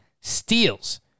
steals